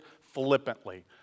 flippantly